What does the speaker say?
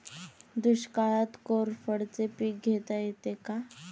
दुष्काळात कोरफडचे पीक घेता येईल का?